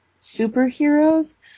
superheroes